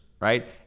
right